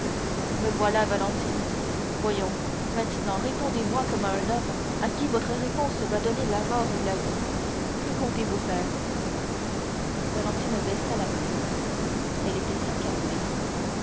me voilà valentine voyons maintenant répondez-moi comme à un homme à qui votre réponse va donner la mort ou la vie que comptez-vous faire valentine baissa la tête elle était accablée